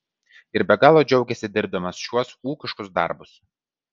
ir be galo džiaugiasi dirbdamas šiuos ūkiškus darbus